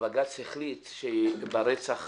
ובג"ץ החליט שברצח